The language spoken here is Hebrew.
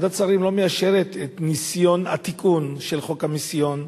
ועדת שרים לא מאשרת את התיקון של חוק המיסיון,